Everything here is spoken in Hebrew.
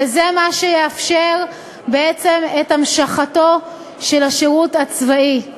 וזה מה שיאפשר בעצם את המשכו של השירות האזרחי.